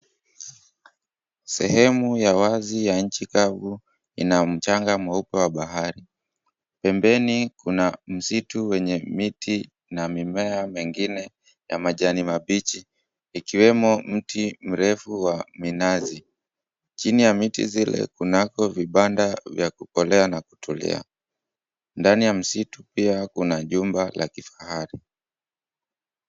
Sehemu ya wazi ya nchi kavu ina mchanga mweupe wa bahari. Pembeni kuna msitu wenye miti na mimea mengine ya majani mabichi ikiwemo miti mirefu ya minazi. Chini ya miti zile kunako vibanda vya kupolea na kutulia. Ndani ya msitu pia kuna jumba la kifahari.